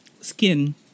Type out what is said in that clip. skin